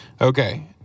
Okay